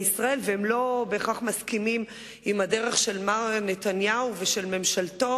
ישראל והם לא בהכרח מסכימים עם הדרך של מר נתניהו ושל ממשלתו,